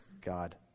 God